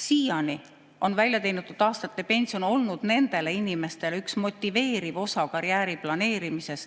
Siiani on väljateenitud aastate pension olnud nendele inimestele üks motiveeriv osa karjääri planeerimisel,